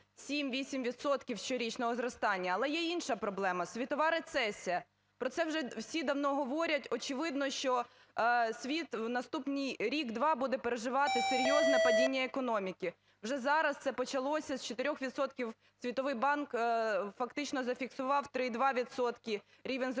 щорічного зростання. Але й інша проблема – світова рецесія. Про це вже всі давно говорять. Очевидно, що світ у наступні рік-два буде переживати серйозне падіння економіки. Вже зараз це почалося з 4 відсотків, Світовий банк фактично зафіксував 3,2 відсотки рівень зростання